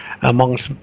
amongst